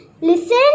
Listen